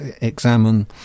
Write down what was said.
examine